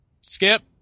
Skip